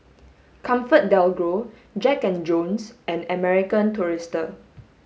ComfortDelGro Jack and Jones and American Tourister